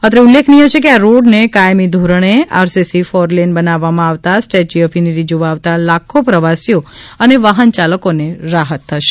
અત્રે ઉલ્લેખનીય છે કે આ રોડને કાયમી ધોરણે આરસીસી ફોરલેન બનાવવામાં આવતા સ્ટેચ્યુ ઓફ યુનિટી જોવા આવતા લાખો પ્રવાસીઓ અને વાહનચાલકોને રાહત થશે